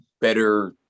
better